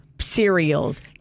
cereals